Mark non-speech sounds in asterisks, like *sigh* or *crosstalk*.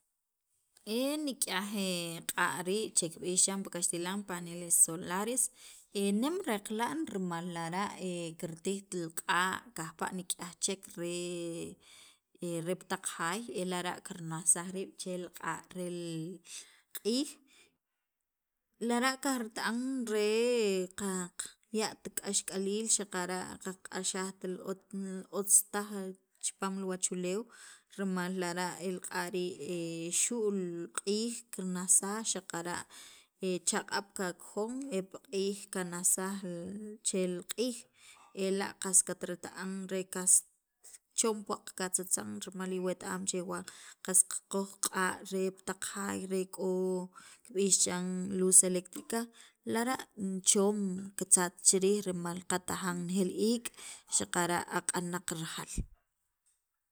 e nik'yaj *hesitation* q'a' rii' kib'ix chiran pi kaxtilan paneles solares nem reqla'n rimal e lara' *hesitation* kirtijt li q'a' kajpa' nik'yaj chek re pi taq jaay, e lara' kirnasaj riib' che li q'a' rel q'iij rel q'iij, lara' kajrita'an re qaqya't k'axk'aliil xaqara' qaqq'axajt li ostaj chipaam li wachuleew rimal lara' el q'a' rii' xu' li q'iij kirnasaj xaqara' e chaq'ab' kakojon e pi q'iij kanasaj chel q'iij ela' qas katrita'an re qast choom puwaq qatzatzan rimal iwet am che was qakoj li q'a' re pi taq jaay re k'o kib'ix chiran luz electrica, *noise* lara' choom kitzatz chi riij rimal qatajan renejeel iik' xaqara' aq'anaq rajaal.